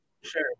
Sure